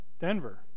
Denver